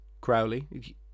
Crowley